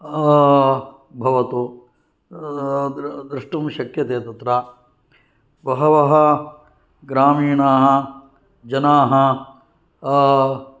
भवतु द्रष्टुं शक्यते तत्र बहवः ग्रामीणाः जनाः